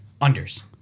Unders